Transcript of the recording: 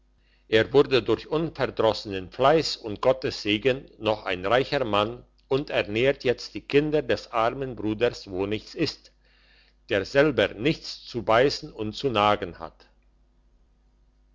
er wurde durch unverdrossenen fleiß und gottes segen noch ein reicher mann und ernährt jetzt die kinder des armen bruders wonichtsist der selber nichts zu beißen und zu nagen hat